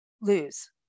lose